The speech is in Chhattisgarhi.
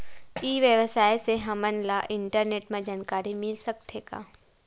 ई व्यवसाय से हमन ला इंटरनेट मा जानकारी मिल सकथे का?